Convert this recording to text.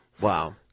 Wow